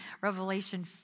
Revelation